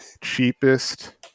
cheapest